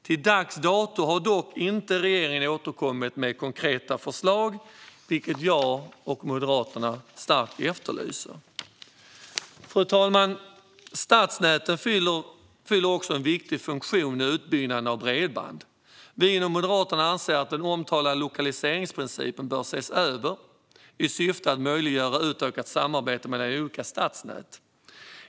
Dock har regeringen till dags dato inte återkommit med konkreta förslag, vilket jag och Moderaterna starkt efterlyser. Fru talman! Stadsnäten fyller också en viktig funktion vid utbyggnaden av bredband. Vi inom Moderaterna anser att den omtalade lokaliseringsprincipen bör ses över i syfte att möjliggöra utökat samarbete mellan olika stadsnät.